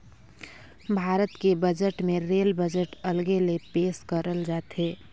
भारत के बजट मे rail budget अलगे ले पेस करल जाथे